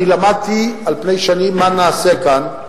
אני למדתי על פני שנים מה נעשה כאן.